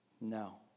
No